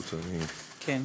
כן,